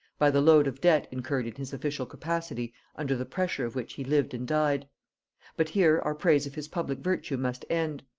by the load of debt incurred in his official capacity under the pressure of which he lived and died but here our praise of his public virtue must end.